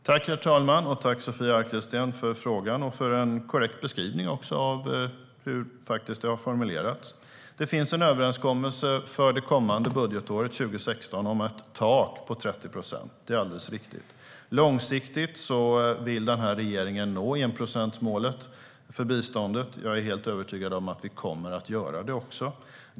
Herr talman! Tack, Sofia Arkelsten, för frågan och också för en korrekt beskrivning av hur det faktiskt har formulerats! Det finns en överenskommelse för det kommande budgetåret 2016 om ett tak på 30 procent; det är alldeles riktigt. Långsiktigt vill regeringen nå enprocentsmålet för biståndet, och jag är helt övertygad om att vi kommer att göra det också.